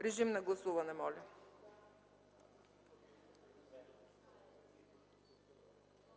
Режим на гласуване, моля.